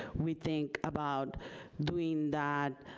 we think about doing that,